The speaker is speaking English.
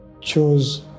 chose